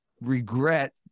regret